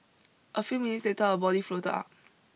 a few minutes later a body floated up